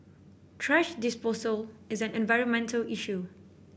thrash disposal is an environmental issue